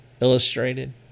illustrated